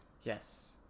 Yes